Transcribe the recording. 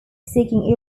seeking